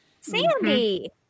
Sandy